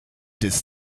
des